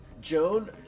Joan